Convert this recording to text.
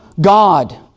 God